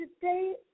Today